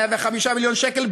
105 מיליון שקל,